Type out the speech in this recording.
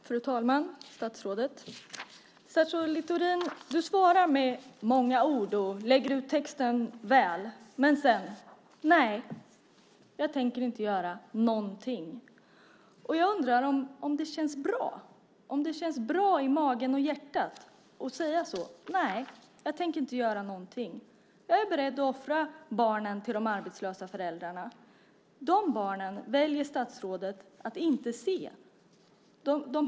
Fru talman! Statsrådet Littorin, du svarar med många ord och lägger ut texten väl, men säger sedan: Nej, jag tänker inte göra någonting. Jag undrar om det känns bra, om det känns bra i magen och hjärtat att säga: Nej, jag tänker inte göra någonting. Jag är beredd att offra barnen till de arbetslösa föräldrarna. De barnen väljer statsrådet att inte se.